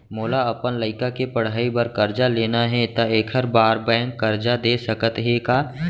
मोला अपन लइका के पढ़ई बर करजा लेना हे, त एखर बार बैंक करजा दे सकत हे का?